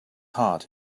heart